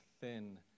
thin